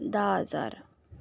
धा हजार